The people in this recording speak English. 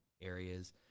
areas